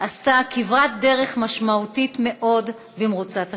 עשתה כברת דרך משמעותית מאוד במרוצת השנים.